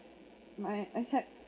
my I sec~